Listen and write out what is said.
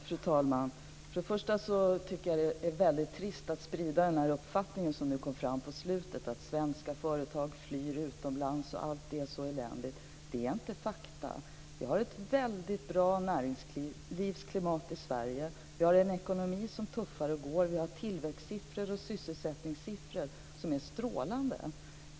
Fru talman! Till att börja med tycker jag att det är väldigt trist att Christel Anderberg sprider den uppfattning som kom fram i slutet av inlägget, att svenska företag flyr utomlands och att allt är så eländigt. Det är inte fakta. Vi har ett väldigt bra näringslivsklimat i Sverige. Vi har en ekonomi som tuffar och går. Vi har tillväxtsiffror och sysselsättningssiffror som är strålande.